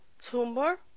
tumor